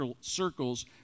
circles